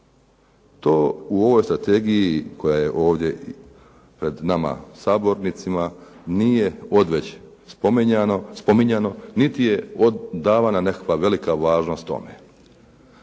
To u ovoj strategiji koja je ovdje pred nama sabornicima nije odveć spominjano niti je davana nekakva velika važnost tome.